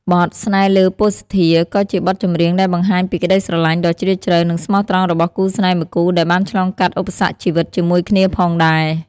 បទ ស្នេហ៍លើពសុធា ក៏ជាបទចម្រៀងដែលបង្ហាញពីក្តីស្រឡាញ់ដ៏ជ្រាលជ្រៅ និងស្មោះត្រង់របស់គូស្នេហ៍មួយគូដែលបានឆ្លងកាត់ឧបសគ្គជីវិតជាមួយគ្នាផងដែរ។